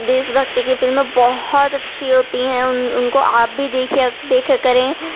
دیش بھکتی کی فلمیں بہت اچھی ہوتی ہیں اُن اُن کو آپ بھی دیکھیے دیکھا کریں